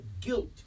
guilt